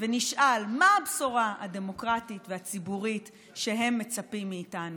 ונשאל מה הבשורה הדמוקרטית והציבורית שהם מצפים לה ומאיתנו.